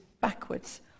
backwards